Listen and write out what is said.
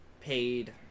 paid